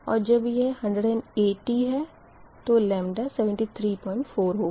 और जब यह 180 है तो λ734 होगा